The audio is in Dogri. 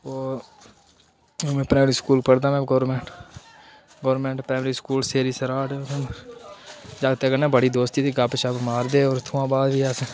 ओह् में प्राईमरी स्कूल पढ़दा में गौरमेंट गौरमेंट प्राईमरी स्कूल सेरी सराढ़ जागतें कन्नै बड़ी दोस्ती थी गपशप मारदे हे उत्थुआं बाद भी अस